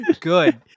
Good